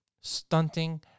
stunting